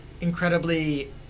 incredibly